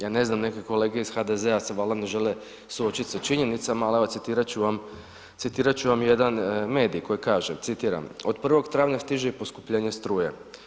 Ja ne znam neke kolege iz HDZ-a se valjda ne žele suočiti sa činjenicama ali evo, citirat ću vam jedan medij koji kaže, citiram: Od 1. travnja stiže i poskupljenje struje.